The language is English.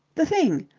the thing.